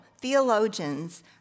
theologians